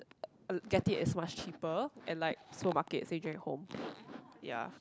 get it as much cheaper at like supermarket same going home ya